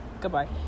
Goodbye